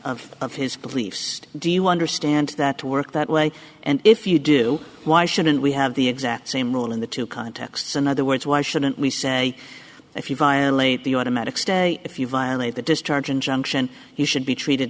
his of his beliefs do you understand that to work that way and if you do why shouldn't we have the exact same rule in the two contexts in other words why shouldn't we say if you violate the automatic stay if you violate the discharge injunction he should be treated